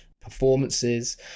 performances